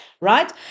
right